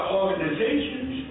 organizations